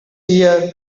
here